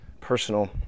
personal